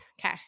Okay